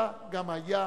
היה גם היה,